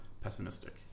pessimistic